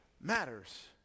matters